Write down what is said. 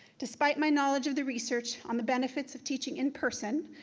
despite my knowledge of the research on the benefits of teaching in-person,